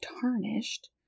tarnished